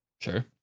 Sure